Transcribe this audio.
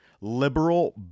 liberal